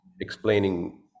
explaining